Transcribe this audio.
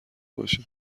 باشم